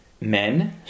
men